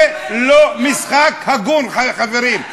זה לא משחק הגון, חברים.